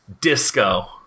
disco